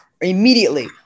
immediately